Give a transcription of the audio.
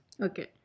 Okay